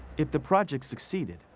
if the project succeeded,